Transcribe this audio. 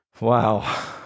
Wow